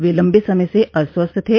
वह लम्बे समय से अस्वस्थ थे